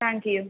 thank you